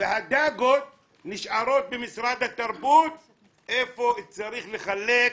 והדגות נשארות במשרד התרבות איפה שצריך לחלק בהתאם.